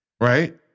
right